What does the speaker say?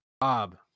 Bob